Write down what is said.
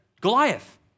Goliath